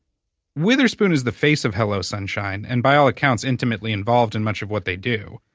witherspoon is the face of hello sunshine, and by all accounts intimately involved in much of what they do.